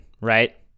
right